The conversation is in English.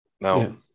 now